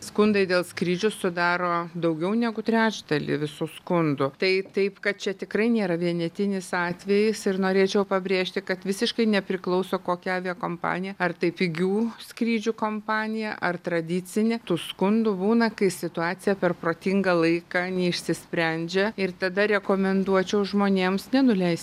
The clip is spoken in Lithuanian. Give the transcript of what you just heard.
skundai dėl skrydžių sudaro daugiau negu trečdalį visų skundų tai taip kad čia tikrai nėra vienetinis atvejis ir norėčiau pabrėžti kad visiškai nepriklauso kokia aviakompanija ar tai pigių skrydžių kompanija ar tradicinė tų skundų būna kai situacija per protingą laiką neišsisprendžia ir tada rekomenduočiau žmonėms nenuleist